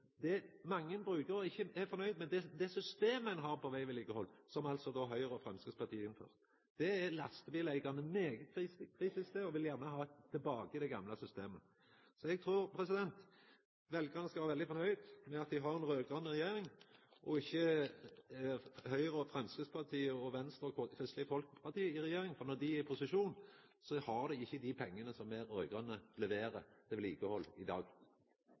det mange brukarar ikkje er fornøgde med, er det systemet ein har for vegvedlikehald, som Høgre og Framstegspartiet innførte. Det er lastebileigarane veldig kritiske til, og dei vil gjerne ha tilbake det gamle systemet. Eg trur at veljarane skal vera veldig fornøgde med at dei har ei raud-grøn regjering, og ikkje har Høgre, Framstegspartiet, Venstre og Kristeleg Folkeparti i regjering. Når dei er i posisjon, har dei ikkje dei pengane som me raud-grøne leverer til vedlikehald i dag.